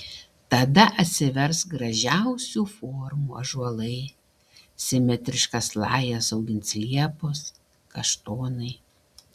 tada atsivers gražiausių formų ąžuolai simetriškas lajas augins liepos kaštonai